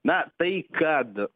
na tai kad